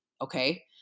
Okay